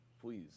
please